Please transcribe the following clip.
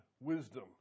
wisdom